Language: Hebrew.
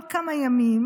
כל כמה ימים,